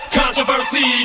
controversy